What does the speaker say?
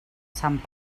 sant